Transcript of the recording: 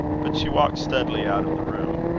but she walked steadily out of the room.